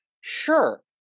Sure